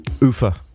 Ufa